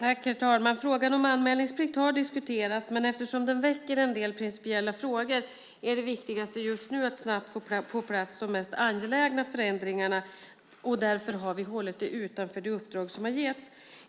Herr talman! Frågan om anmälningsplikt har diskuterats, men eftersom den väcker en del principiella frågor är det viktigaste just nu att snabbt få på plats de mest angelägna förändringarna. Därför har vi hållit den utanför det uppdrag som getts.